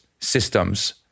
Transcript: systems